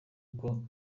uko